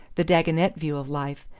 the dagonet view of life,